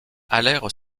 allèrent